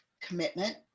commitment